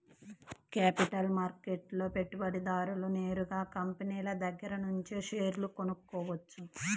capital మార్కెట్లో పెట్టుబడిదారుడు నేరుగా కంపినీల దగ్గరనుంచే షేర్లు కొనుక్కోవచ్చు